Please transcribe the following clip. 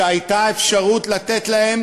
כשהייתה אפשרות לתת להם